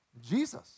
Jesus